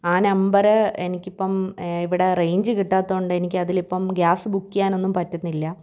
ആ നമ്പറ് എനിക്കിപ്പം ഇവിടെ റേഞ്ച് കിട്ടാത്തതുകൊണ്ട് എനിക്ക് അതിലിപ്പം ഗ്യാസ് ബുക്ക് ചെയ്യാനൊന്നും പറ്റുന്നില്ല